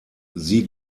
sie